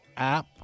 App